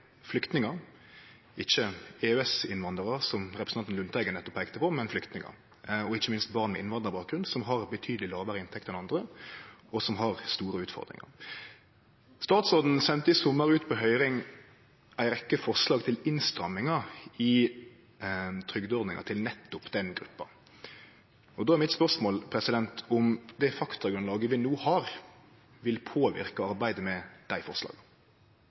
flyktningar – ikkje EØS-innvandrarar, som representanten Lundteigen nettopp peika på, men flyktningar – og ikkje minst barn med innvandrarbakgrunn, som har ei betydeleg lågare inntekt enn andre, og som har store utfordringar. Statsråden sende i sommar ut på høyring ei rekkje forslag til innstrammingar i trygdeordningar til nettopp den gruppa. Då er spørsmålet mitt om det faktagrunnlaget vi no har, vil påverke arbeidet med dei forslaga.